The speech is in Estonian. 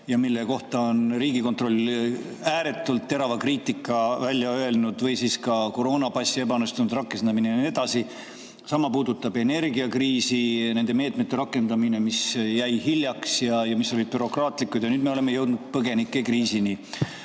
ja mille kohta on Riigikontroll ääretult terava kriitika välja öelnud, või siis ka koroonapassi ebaõnnestunud rakendamine ja nii edasi. Sama puudutab energiakriisi, nende meetmete rakendamist, mis jäid hiljaks ja mis olid bürokraatlikud. Ja nüüd me oleme jõudnud põgenikekriisini,